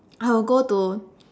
I will go to